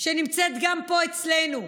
שנמצאת גם פה אצלנו.